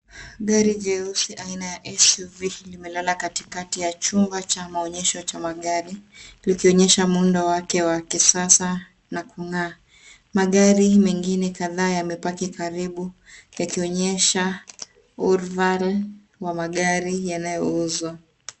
Gari jeusi aina ya SUV limelala katikati ya chumba cha maonyesho cha magari likionyesha muundo wake wa kisasa na kungaa. Magari mengine kataa yamepaki karibu yakionyesha urufala wa magari yanaouswa.